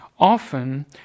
often